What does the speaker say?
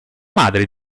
madre